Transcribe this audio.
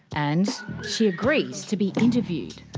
and she agrees to be interviewed.